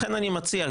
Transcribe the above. לכן אני מציע,